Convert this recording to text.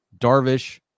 Darvish